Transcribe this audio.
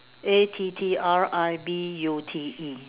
A T T R I B U T E